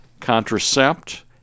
contracept